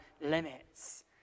limits